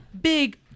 big